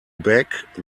back